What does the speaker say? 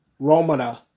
Romana